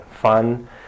fun